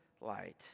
light